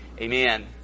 Amen